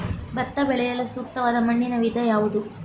ಭತ್ತ ಬೆಳೆಯಲು ಸೂಕ್ತವಾದ ಮಣ್ಣಿನ ವಿಧ ಯಾವುದು?